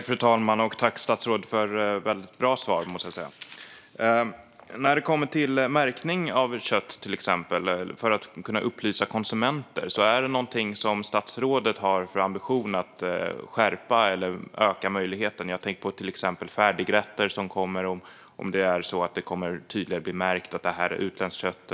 Fru talman! Tack, statsrådet, för ett väldigt bra svar, måste jag säga! Har statsrådet som ambition att till exempel skärpa märkningen eller öka möjligheten till märkning av kött för att man ska kunna upplysa konsumenter? Jag tänker på till exempel färdigrätter och restaurangmat. Kommer det att bli tydligare märkt att det är utländskt kött?